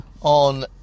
on